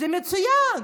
זה מצוין.